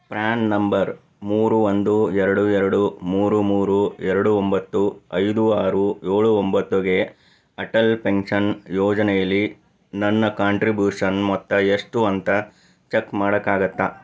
PRAN number ಮೂರು ಒಂದು ಎರಡು ಎರಡು ಮೂರು ಮೂರು ಎರಡು ಒಂಬತ್ತು ಐದು ಆರು ಏಳು ಒಂಬತ್ತುಗೆ ಅಟಲ್ ಪೆನ್ಷನ್ ಯೋಜನೆಯಲ್ಲಿ ನನ್ನ ಕಾಂಟ್ರಿಬ್ಯೂಷನ್ ಮೊತ್ತ ಎಷ್ಟು ಅಂತ ಚೆಕ್ ಮಾಡೋಕ್ಕಾಗತ್ತಾ